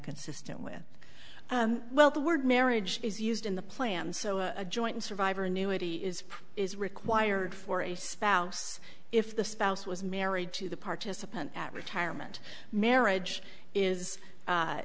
consistent with well the word marriage is used in the plan so a joint survivor annuity is is required for a spouse if the spouse was married to the participant at retirement marriage is